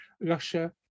Russia